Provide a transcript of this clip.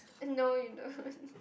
eh no you don't